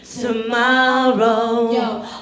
Tomorrow